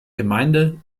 gemeinde